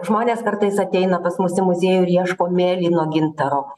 žmonės kartais ateina pas mus į muziejų ir ieško mėlyno gintaro